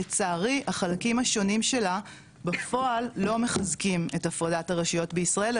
לצערי החלקים השונים שלה בפועל לא מחזקים את הפרדת הרשויות בישראל,